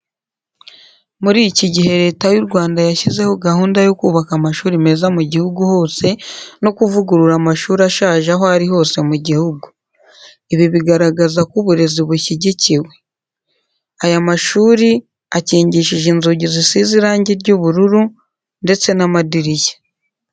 Muri iki gihe Leta y'u Rwanda yashyizeho gahunda yo kubaka amashuri meza mu gihugu hose, no kuvugurura amashuri ashaje aho ari hose mu gihugu. Ibi bigaragaza ko uburezi bushyigikiwe. Aya mashuri akingishije inzugi zisize irangi ry'ubururur, ndetse n'amadirishya.